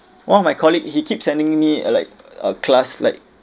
one of my colleague he keep sending me uh like a class like